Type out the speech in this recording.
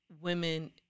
women